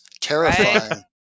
Terrifying